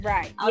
Right